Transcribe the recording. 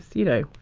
you know.